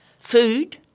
Food